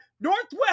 Northwest